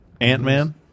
Ant-Man